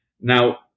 Now